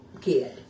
kid